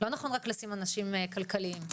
לא נכון לשים רק אנשים כלכליים.